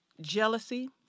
Jealousy